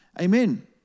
amen